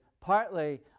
partly